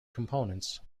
components